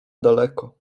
daleko